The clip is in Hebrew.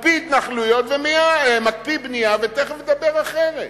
מקפיא בנייה ותיכף מדבר אחרת,